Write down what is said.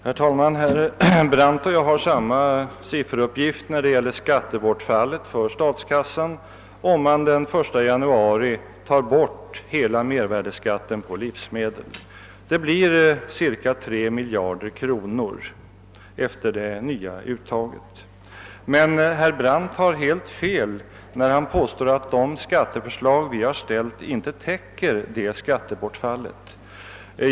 Herr talman! Herr Brandt och jag har samma sifferuppgift när det gäller skattebortfallet för statskassan, om man den 1 januari tar bort hela mervärdeskatten på livsmedel. Det blir cirka 3 miljarder kronor i förhållande till det nya uttaget. Men herr Brandt har helt fel när han påstår att det skatteförslag vi har ställt inte täcker detta skattebortfall.